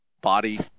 body